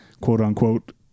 quote-unquote